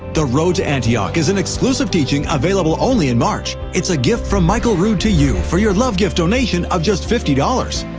the road to antioch is an exclusive teaching available only in march. it's a gift from michael rood to you for your love gift donation of just fifty dollars.